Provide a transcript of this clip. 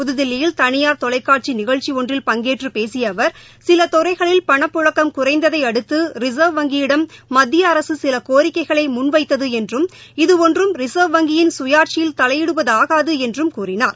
புதுதில்லியில் தனியார் தெலைக்காட்சிநிகழ்ச்சிஒன்றில் பங்கேற்றுபேசியஅவர் சிலதுறைகளில் பணப் பழக்கம் குறைந்ததைஅடுத்தரிசர்வ் வங்கியிடம் மத்தியஅரசசிலகோரிக்கைகளைமுன்வைத்ததுஎன்றும் இது ஒன்றும் ரிசர்வ் வங்கியின் சுயாட்சியில் தலையிடுவதாகாதுஎன்றும் கூறினார்